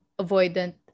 avoidant